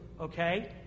okay